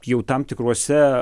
jau tam tikruose